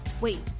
Wait